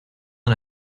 and